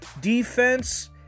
defense